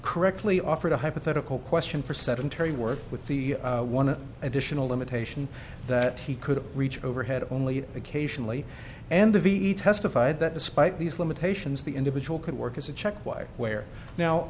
correctly offered a hypothetical question for sedentary work with the one additional limitation that he could reach overhead only occasionally and the ve testified that despite these limitations the individual could work as a check wire where now